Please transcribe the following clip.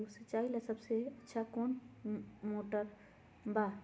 सिंचाई ला सबसे अच्छा मोटर कौन बा?